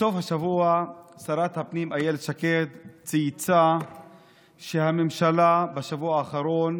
בסוף השבוע שרת הפנים אילת שקד צייצה שהממשלה בשבוע האחרון